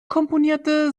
komponierte